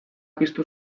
piztu